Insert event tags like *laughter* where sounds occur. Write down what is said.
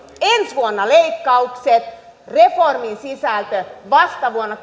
ensi vuonna leikkaukset reformin sisältö vasta vuonna *unintelligible*